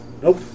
Nope